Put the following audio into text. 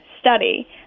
study